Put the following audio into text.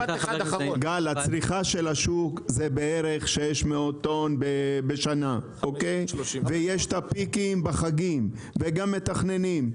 זה בערך 600 טון בשנה ויש את הפיקים בחגים וגם מתכננים,